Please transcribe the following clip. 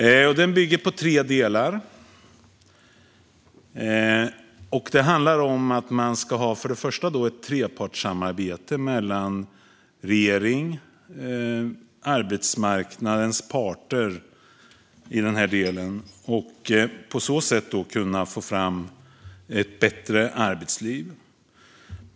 Deklarationen bygger på tre delar, och de handlar om ett partssamarbete mellan regering och arbetsmarknadens parter för att på så sätt få fram ett bättre arbetsliv.